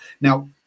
now